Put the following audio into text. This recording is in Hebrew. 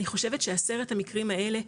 אני חושבת שעשרת המקרים האלה,